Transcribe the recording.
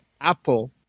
Apple